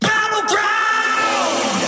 Battleground